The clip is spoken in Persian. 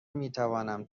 میتوانم